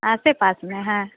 आस पास में है